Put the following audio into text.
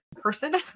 person